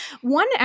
One